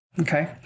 Okay